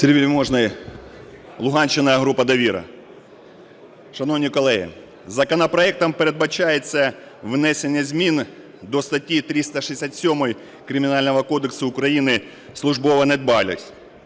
Сергій Вельможний, Луганщина, група "Довіра". Шановні колеги, законопроектом передбачається внесення змін до статті 367 Кримінального кодексу України "Службова недбалість",